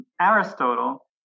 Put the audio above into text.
Aristotle